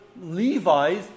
Levi's